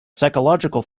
psychological